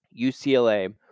UCLA